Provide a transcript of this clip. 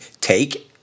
take